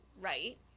right